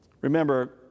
Remember